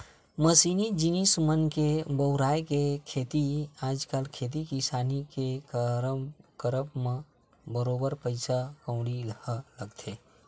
मसीनी जिनिस मन के बउराय के सेती आजकल खेती किसानी के करब म बरोबर पइसा कउड़ी ह लगथे